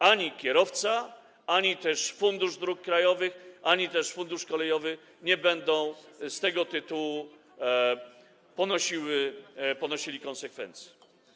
Ani kierowca, ani też Fundusz Dróg Krajowych, ani też Fundusz Kolejowy nie będą z tego tytułu ponosili konsekwencji.